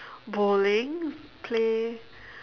bowling play